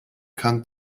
kann